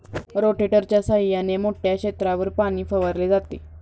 रोटेटरच्या सहाय्याने मोठ्या क्षेत्रावर पाणी फवारले जाते